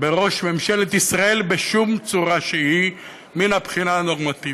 בראש ממשלת ישראל בשום צורה שהיא מן הבחינה הנורמטיבית.